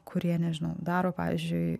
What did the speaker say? kurie nežinau daro pavyzdžiui